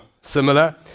similar